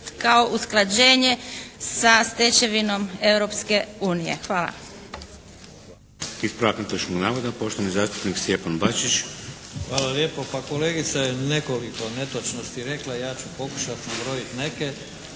kao usklađenje sa stečevinom Europske unije. Hvala.